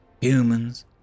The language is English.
Humans